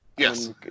Yes